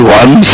one